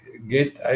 Get